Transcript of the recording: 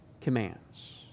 commands